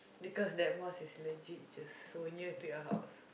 because that mosque is legit just so near to your house